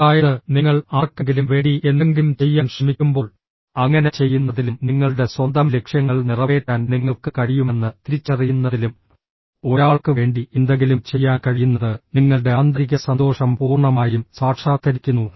അതായത് നിങ്ങൾ ആർക്കെങ്കിലും വേണ്ടി എന്തെങ്കിലും ചെയ്യാൻ ശ്രമിക്കുമ്പോൾ അങ്ങനെ ചെയ്യുന്നതിലും നിങ്ങളുടെ സ്വന്തം ലക്ഷ്യങ്ങൾ നിറവേറ്റാൻ നിങ്ങൾക്ക് കഴിയുമെന്ന് തിരിച്ചറിയുന്നതിലും ഒരാൾക്ക് വേണ്ടി എന്തെങ്കിലും ചെയ്യാൻ കഴിയുന്നത് നിങ്ങളുടെ ആന്തരിക സന്തോഷം പൂർണ്ണമായും സാക്ഷാത്കരിക്കുന്നു